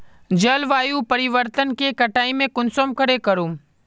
जलवायु परिवर्तन के कटाई में कुंसम करे करूम?